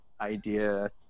idea